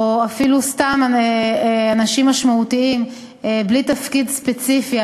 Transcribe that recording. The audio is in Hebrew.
או אפילו סתם אנשים משמעותיים בלי תפקיד ספציפי,